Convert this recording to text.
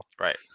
Right